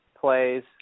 plays